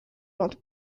vingt